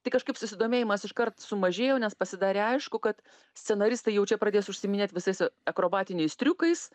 tai kažkaip susidomėjimas iškart sumažėjo nes pasidarė aišku kad scenaristai jau čia pradės užsiiminėt visais akrobatiniais triukais